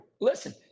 listen